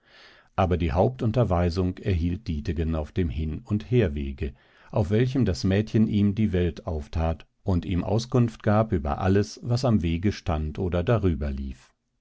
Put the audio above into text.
aber die hauptunterweisung erhielt dietegen auf dem hin und herwege auf welchem das mädchen ihm die welt auftat und ihm auskunft gab über alles was am wege stand oder darüber lief